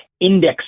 index